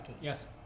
Yes